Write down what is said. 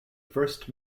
first